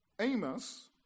Amos